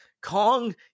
Kong